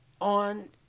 on